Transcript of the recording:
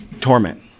Torment